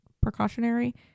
precautionary